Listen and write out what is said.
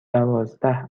دوازده